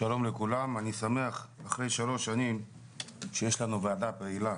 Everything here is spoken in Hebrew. אחרי שלוש שנים שיש לנו ועדה פעילה